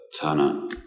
Turner